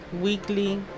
weekly